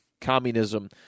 communism